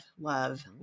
love